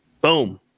boom